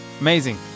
Amazing